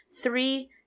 three